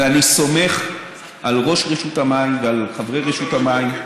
ואני סומך על ראש רשות המים ועל חברי רשות המים,